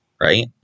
right